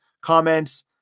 comments